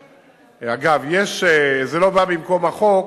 אגב, זה לא בא במקום החוק,